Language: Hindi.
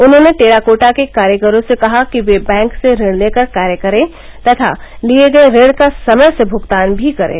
उन्होंने टेराकोटा के कारीगरों से कहा कि वे बैंक से ऋण लेकर कार्य करे तथा लिये गये ऋण का समय से भुगतान भी करें